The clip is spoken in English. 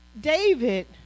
David